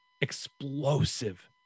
explosive